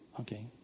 Okay